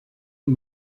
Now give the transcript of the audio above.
man